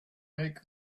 make